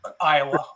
Iowa